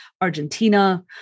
Argentina